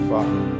Father